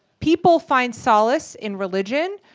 people find solace in religion,